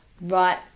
Right